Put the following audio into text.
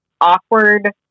awkward